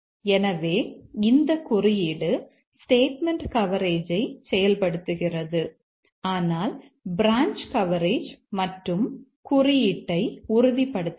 எனவே இந்த குறியீடு ஸ்டேட்மெண்ட் கவரேஜை செயல்படுத்துகிறது ஆனால் பிரான்ச் கவரேஜ் மற்றும் குறியீட்டை உறுதிப்படுத்தவில்லை